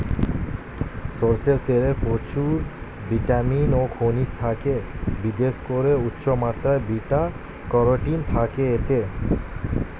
সরষের তেলে প্রচুর ভিটামিন ও খনিজ থাকে, বিশেষ করে উচ্চমাত্রার বিটা ক্যারোটিন থাকে এতে